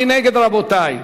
מי נגד, רבותי?